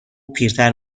پیرتر